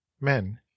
men